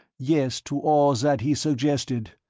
yes, to all that he suggested,